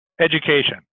education